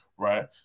Right